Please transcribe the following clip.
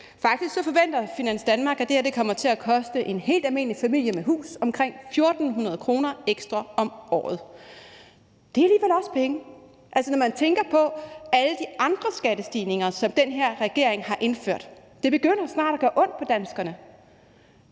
Faktisk forventer Finans Danmark, at det her kommer til at koste en helt almindelig familie med hus omkring 1.400 kr. ekstra om året. Det er alligevel også penge. Altså, når man tænker på alle de andre skattestigninger, som den her regering har indført, så begynder det snart at gøre ondt på danskerne.